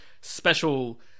special